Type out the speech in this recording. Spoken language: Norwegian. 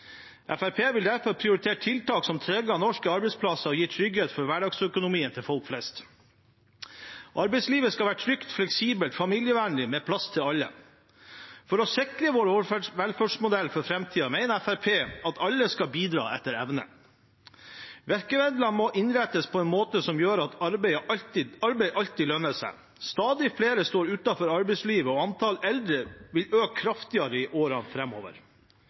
vil derfor prioritere tiltak som trygger norske arbeidsplasser og gir trygghet for hverdagsøkonomien til folk flest. Arbeidslivet skal være trygt, fleksibelt og familievennlig, med plass til alle. For å sikre vår velferdsmodell for framtiden mener Fremskrittspartiet at alle skal bidra etter evne. Virkemidlene må innrettes på en måte som gjør at arbeid alltid lønner seg. Stadig flere står utenfor arbeidslivet, og antall eldre vil øke kraftig i årene